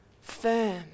firm